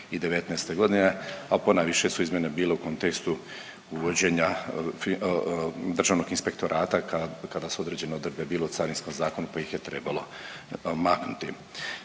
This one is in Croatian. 2019.g., a ponajviše su izmjene bile u kontekstu uvođenja Državnog inspektorata kad, kada su određene odredbe bile u Carinskom zakonu, pa ih je trebalo maknuti.